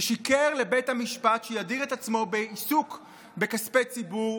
ששיקר לבית המשפט שידיר את עצמו מעיסוק בכספי ציבור,